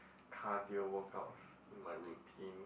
cardio workouts my routine